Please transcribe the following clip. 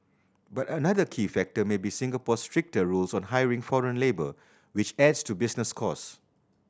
but another key factor may be Singapore's stricter rules on hiring foreign labour which adds to business costs